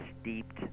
steeped